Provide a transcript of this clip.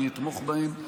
אני אתמוך בהם,